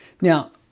Now